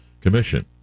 Commission